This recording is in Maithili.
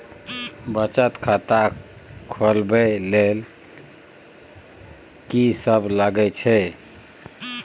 बचत खाता खोलवैबे ले ल की सब लगे छै?